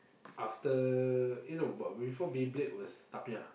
after eh no but before Beyblade was Tamiya